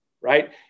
Right